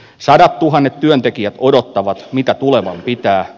sadattuhannet työntekijät odottavat mitä tuleman pitää